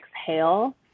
exhale